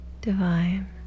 Divine